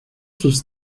sus